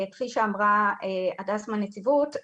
כפי שאמרה הדס מהנציבות,